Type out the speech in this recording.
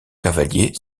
cavalier